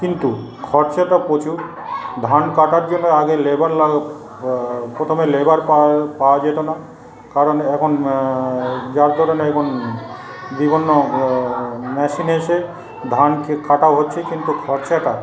কিন্তু খরচাটা প্রচুর ধান কাটার জন্য আগে লেবার প্রথমে লেবার পাওয়া যেত না কারণ এখন যার কারণে এখন বিভিন্ন মেশিন এসে ধানকে কাটা হচ্ছে কিন্তু খরচাটা